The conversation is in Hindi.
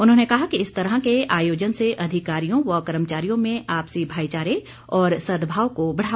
उन्होंने कहा कि इस तरह के आयोजन से अधिकारियों व कर्मचारियों में आपसी भाईचारे और सद्भाव को बढ़ावा मिलता है